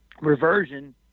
Reversion